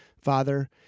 Father